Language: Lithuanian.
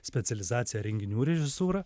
specializaciją renginių režisūra